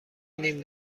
نیم